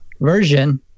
version